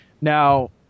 Now